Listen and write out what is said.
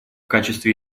качестве